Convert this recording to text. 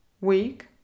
week